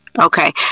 Okay